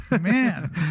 Man